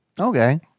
Okay